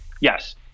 yes